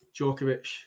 Djokovic